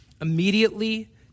Immediately